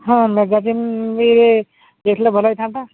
ହଁ ମେଗାଜିନ୍ ବି ଦେଇଥିଲେ ଭଲ ହୋଇଥାନ୍ତା